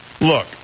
Look